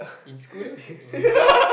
in school in class